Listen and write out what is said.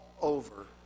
over